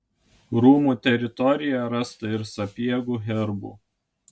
rūmų teritorijoje rasta ir sapiegų herbų